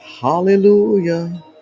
Hallelujah